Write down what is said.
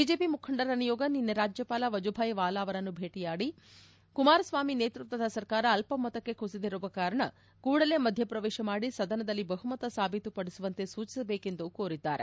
BJP ಮುಖಂಡರ ನಿಯೋಗ ನಿನ್ನೆ ರಾಜ್ಯಪಾಲ ವಜೂಭಾಯ್ ವಾಲಾ ಅವರನ್ನು ಭೇಟಿ ಮಾಡಿ ಕುಮಾರಸ್ಲಾಮಿ ನೇತ್ವತ್ಯದ ಸರ್ಕಾರ ಅಲ್ಸಮತಕ್ಕೆ ಕುಸಿದಿರುವ ಕಾರಣ ಕೂಡಲೇ ಮಧ್ಯಪ್ರವೇಶ ಮಾಡಿ ಸದನದಲ್ಲಿ ಬಹುಮತ ಸಾಬೀತುಪಡಿಸುವಂತೆ ಸೂಚಿಸಬೇಕೆಂದು ಕೋರಿದ್ದಾರೆ